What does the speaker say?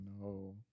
no